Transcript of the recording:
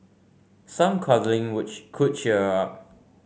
some cuddling would could cheer her up